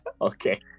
okay